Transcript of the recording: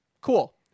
Cool